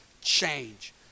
change